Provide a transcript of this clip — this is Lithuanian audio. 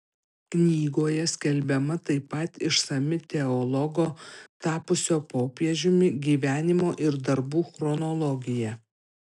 knygoje skelbiama taip pat išsami teologo tapusio popiežiumi gyvenimo ir darbų chronologija